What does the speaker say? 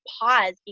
pause